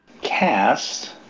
cast